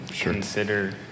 consider